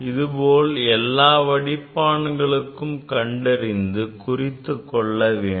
இதுபோல் எல்லா வடிப்பான்களுக்கும் கண்டறிந்து குறித்துக்கொள்ள வேண்டும்